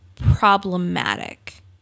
problematic